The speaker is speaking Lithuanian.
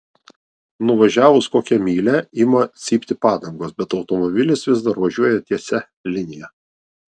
nuvažiavus kokią mylią ima cypti padangos bet automobilis vis dar važiuoja tiesia linija